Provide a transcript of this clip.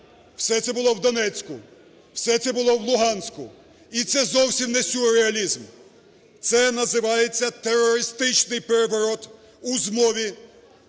все це було в Донецьку, все це було в Луганську. І це зовсім не сюрреалізм. Це називається терористичний переворот у змові